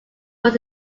was